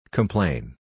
Complain